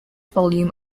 volume